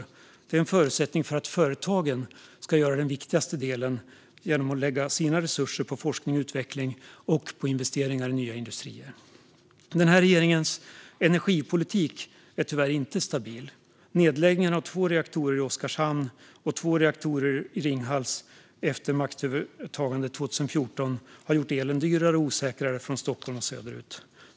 Detta är en förutsättning för att företagen ska göra den viktigaste delen genom att lägga sina resurser på forskning, utveckling och investeringar i nya industrier. Den här regeringens energipolitik är tyvärr inte stabil. Nedläggningen av två reaktorer i Oskarshamn och två reaktorer i Ringhals efter maktövertagandet 2014 har gjort elen dyrare och osäkrare från Stockholm och söderut.